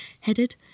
headed